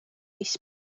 mis